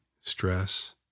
stress